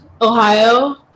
Ohio